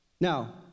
Now